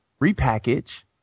repackage